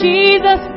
Jesus